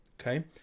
okay